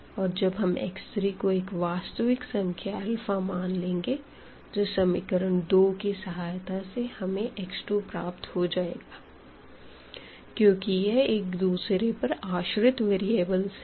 और जब हम x3को एक वास्तविक संख्या मान लेंगे तो इक्वेशन 2 की सहायता से हमें x 2 प्राप्त हो जाएगा क्योंकि यह एक दूसरे पर आश्रित वेरिएबल है